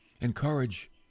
encourage